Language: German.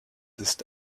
ist